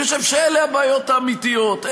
אני חושב שאלה הבעיות האמיתיות,